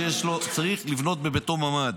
זאת אומרת, כל אחד צריך לבנות בביתו ממ"ד.